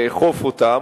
לאכוף אותם,